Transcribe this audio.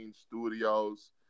Studios